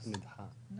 אני